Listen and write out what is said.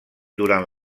durant